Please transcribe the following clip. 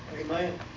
Amen